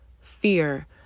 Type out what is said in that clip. fear